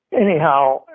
Anyhow